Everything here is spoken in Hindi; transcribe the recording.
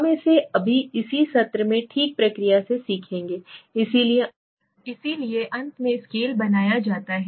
हम इसे अभी इस सत्र में ठीक प्रक्रिया में सीखेंगे इसलिए अंत मे स्केल बनाया जIयेगा है